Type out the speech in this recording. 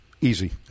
easy